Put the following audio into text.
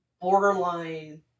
borderline